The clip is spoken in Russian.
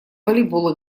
волейбол